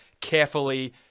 carefully